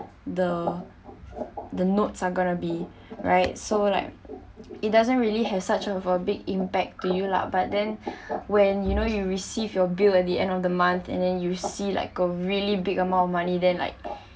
the the notes are gonna be right so like it doesn't really have such of a big impact to you lah but then when you know you receive your bill at the end of the month and then you see like a really big amount of money then like